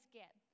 get